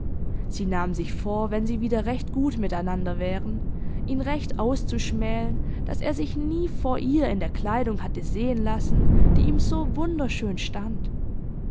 sie nahm sich vor wenn sie wieder recht gut miteinander wären ihn recht auszuschmälen daß er sich nie vor ihr in der kleidung hatte sehen lassen die ihm so wunderschön stand